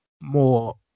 more